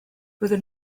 byddwn